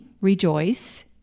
Rejoice